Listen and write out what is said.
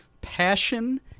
Passion